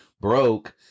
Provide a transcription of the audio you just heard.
broke